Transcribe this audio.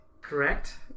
correct